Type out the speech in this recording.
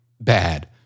bad